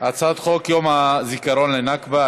הצעת יום הזיכרון לנכבה,